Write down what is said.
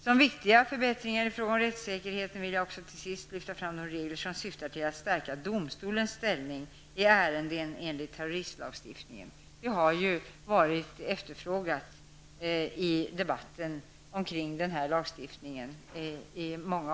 Som viktiga förbättringar i fråga om rättssäkerheten vill jag också till sist lyfta fram de regler som syftar till att stärka domstolens ställning i ärenden enligt terroristlagstiftningen. Det har varit efterfrågat i debatten om denna lagstiftning.